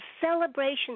celebration